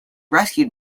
rescued